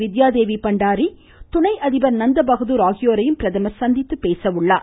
வித்யாதேவி பண்டாரி துணை அதிபர் நந்தபகதூர் ஆகியோரையும் பிரதமர் சந்தித்து பேசுகிறார்